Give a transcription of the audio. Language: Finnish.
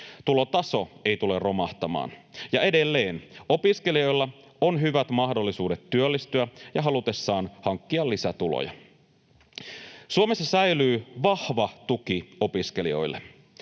Tulotaso ei tule romahtamaan, ja edelleen opiskelijoilla on hyvät mahdollisuudet työllistyä ja halutessaan hankkia lisätuloja. Suomessa säilyy vahva tuki opiskelijoille.